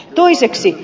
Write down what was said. toiseksi